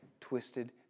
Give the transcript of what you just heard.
twisted